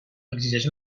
exigeix